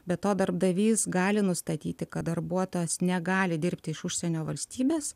be to darbdavys gali nustatyti kad darbuotojas negali dirbti iš užsienio valstybės